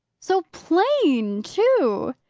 so plain, too!